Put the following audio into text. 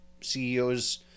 CEOs